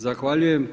Zahvaljujem.